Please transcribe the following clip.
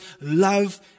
love